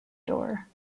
door